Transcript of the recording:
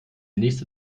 nächste